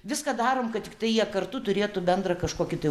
viską darom kad tiktai jie kartu turėtų bendrą kažkokį tai